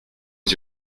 aux